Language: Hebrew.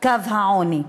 קו העוני.